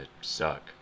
suck